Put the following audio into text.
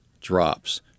drops